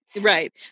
Right